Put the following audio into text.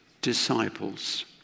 disciples